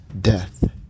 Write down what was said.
Death